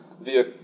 via